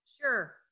Sure